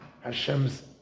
Hashem's